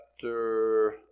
Chapter